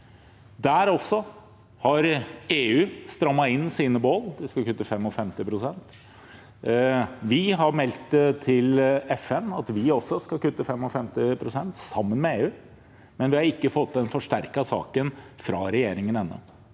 Der har EU strammet inn sine mål: De skal kutte 55 pst. Vi har meldt til FN at vi også skal kutte 55 pst., sammen med EU, men vi har ikke fått den forsterkede saken fra regjeringen ennå.